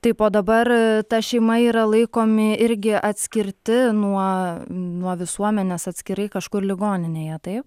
taip o dabar ta šeima yra laikomi irgi atskirti nuo nuo visuomenės atskirai kažkur ligoninėje taip